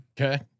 Okay